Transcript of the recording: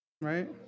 right